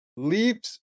Leaps